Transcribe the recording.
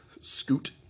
scoot